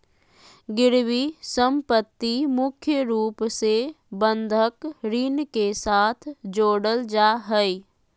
गिरबी सम्पत्ति मुख्य रूप से बंधक ऋण के साथ जोडल जा हय